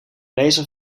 lezer